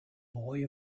boy